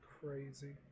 crazy